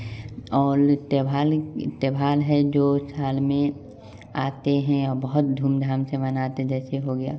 और त्योहार त्योहार है जो साल में आते हैं और बहुत धूम धाम से मनाते हैं जैसे हो गया